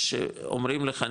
שאומרים לך,